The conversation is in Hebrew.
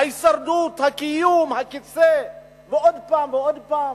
ההישרדות, הקיום, הכיסא, ועוד פעם ועוד פעם